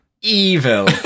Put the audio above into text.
evil